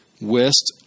West